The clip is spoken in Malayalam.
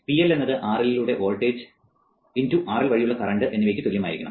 PL എന്നത് RL ലൂടെയുള്ള വോൾട്ടേജ് × RL വഴിയുള്ള കറന്റ് എന്നിവയ്ക്ക് തുല്യമായിരിക്കും